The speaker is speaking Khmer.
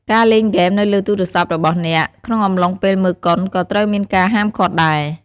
ការលេងហ្គេមនៅលើទូរស័ព្ទរបស់អ្នក ក្នុងកំឡុងពេលមើលកុន ក៍ត្រូវមានការហាមឃាត់ដែរ។